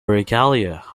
regalia